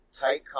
tight